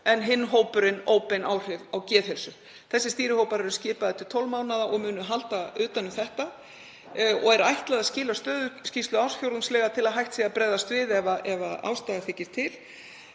en hinn hópurinn óbein áhrif á geðheilsu. Þessir stýrihópar eru skipaðir til 12 mánaða og munu halda utan um þetta. Þeim er ætlað að skila stöðuskýrslu ársfjórðungslega til að hægt sé að bregðast við ef ástæða þykir til.